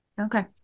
Okay